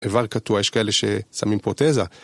איבר קטוע, יש כאלה ששמים פה תזה.